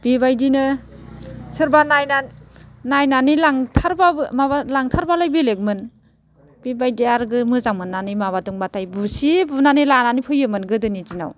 बेबायदिनो सोरबा नायनानै नायनानै लांथारब्लाबो माबा लांथारब्लालाय बेलेगमोन बेबायदि आरो मोजां मोननानै माबादोंब्लाथाय बुसि बुनानै लानानै फैयोमोन गोदोनि दिनाव